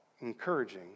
encouraging